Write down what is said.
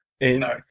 No